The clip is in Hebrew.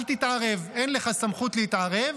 אל תתערב, אין לך סמכות להתערב.